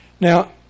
Now